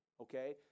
okay